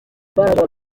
ibyo